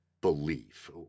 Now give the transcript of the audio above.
belief